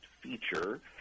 Feature